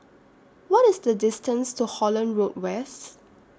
What IS The distance to Holland Road West